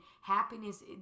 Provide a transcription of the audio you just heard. Happiness